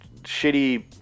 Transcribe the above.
shitty